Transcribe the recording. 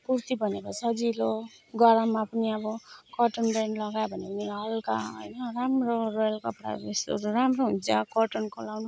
कुर्ती भनेको सजिलो गरममा पनि अब कटन ब्रान्ड लगायो भने पनि हलका होइन राम्रो रोयल कपडाहरू यस्तोहरू राम्रो हुन्छ कटननको लगाउनु